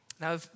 Now